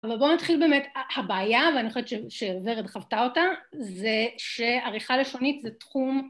אבל בואו נתחיל באמת, הבעיה, ואני חושבת שורד חוותה אותה, זה שעריכה לשונית זה תחום...